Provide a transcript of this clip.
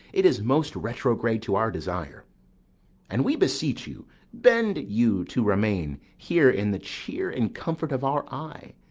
it is most retrograde to our desire and we beseech you bend you to remain here in the cheer and comfort of our eye,